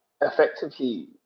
effectively